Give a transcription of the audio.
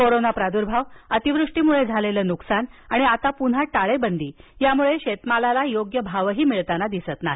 कोरोनाचा प्रादुर्भाव अतिवृष्टीमुळे झालेलं नुकसान आणि आता पुन्हा टाळेबंदी यामुळे शेतीमालाला योग्य भावही मिळताना दिसत नाही